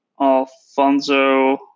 Alfonso